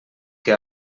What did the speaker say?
que